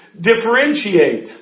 differentiate